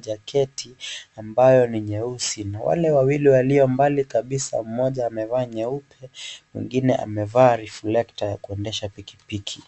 jaketi ambayo ni nyeusi na wale wawili walio mbali kabisa mmoja amevaa nyeupe mwingine amevaa reflector ya kuendesha pikipiki.